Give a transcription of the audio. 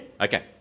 Okay